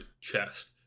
chest